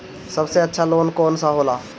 सबसे अच्छा लोन कौन सा होला?